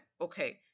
Okay